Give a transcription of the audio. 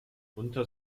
unter